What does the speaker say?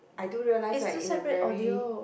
I do realise right in a very